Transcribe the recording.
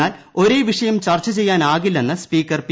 എന്നാൽ ഒരേ വിഷയം ചർച്ച ചെയ്യാൻ ആകില്ലെന്ന് സ്പീക്കർ പി